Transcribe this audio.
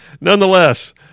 nonetheless